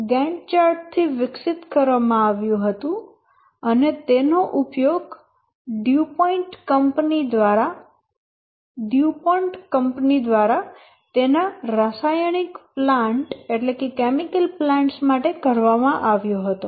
CPM Gantt chart થી વિકસિત કરવામાં આવ્યુ હતું અને તેનો ઉપયોગ ડ્યુપોન્ટ કંપની દ્વારા તેના રાસાયણિક પ્લાન્ટ માટે કરવામાં આવ્યો હતો